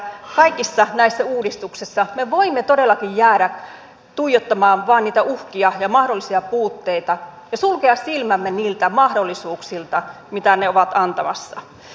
kaikissa näissä uudistuksissa me voimme todellakin jäädä tuijottamaan vain uhkia ja mahdollisia puutteita ja sulkea silmämme niiltä mahdollisuuksilta mitä ne ovat antamassa